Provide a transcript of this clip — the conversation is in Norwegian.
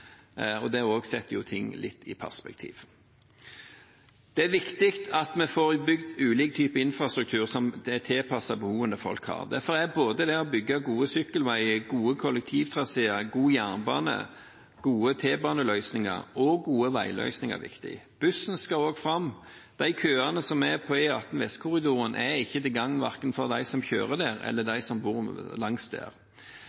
byrådet, og det setter ting litt i perspektiv. Det er viktig at vi får bygd ulike typer infrastruktur som er tilpasset behovene folk har. Derfor er det å bygge både gode sykkelveier, gode kollektivtraseer, god jernbane, gode T-baneløsninger og gode veiløsninger viktig. Bussen skal også fram. Køene på E18 Vestkorridoren er ikke til gagn verken for dem som kjører der, eller